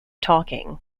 talking